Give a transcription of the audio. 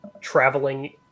traveling